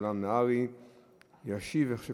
הרווחה